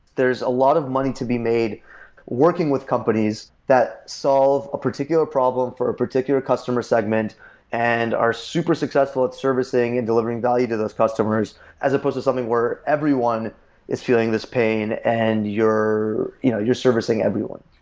there are a lot of money to be made working with companies that solve a particular problem for a particular customer segment and are super successful at servicing and delivering value to those customers as supposed to something where everyone is feeling this pain and you're you know you're servicing everyone.